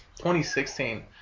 2016